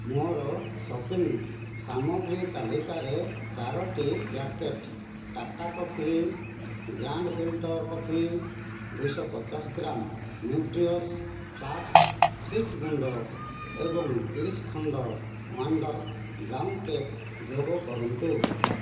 ମୋର ସପିଂ ସାମଗ୍ରୀ ତାଲିକାରେ ଚାରୋଟି packet Tata coffee grand filter coffee ଦୁଇଶହ ପଚାଶ ଗ୍ରାମ୍ ନ୍ୟୁଟ୍ରିଅସ୍ ଫ୍ଲାସ୍କ୍ ସିଡ଼୍ ଗୁଣ୍ଡ ଏବଂ ତିରିଶ ଖଣ୍ଡ ୱାଣ୍ଡର୍ ବ୍ରାଉନ୍ ଟ୍ୟାପ୍ ଯୋଗ କରନ୍ତୁ